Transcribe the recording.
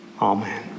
Amen